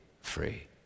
free